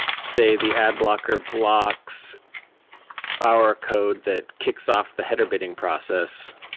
say, the ad blocker blocks our code that kicks off the header bidding process.